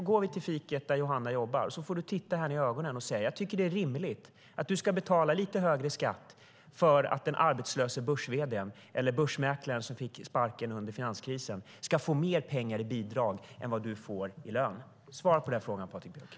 Då går vi till fiket där Johanna jobbar så får du titta henne i ögonen och säga: Jag tycker att det är rimligt att du ska betala lite högre skatt för att en arbetslös börs-vd eller en börsmäklare som fick sparken under finanskrisen ska få mer pengar i bidrag än vad du får i lön. Svara på de frågorna, Patrik Björck!